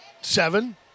seven